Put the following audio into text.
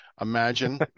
Imagine